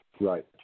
right